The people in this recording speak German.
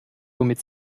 womit